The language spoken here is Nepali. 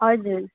हजुर